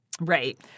Right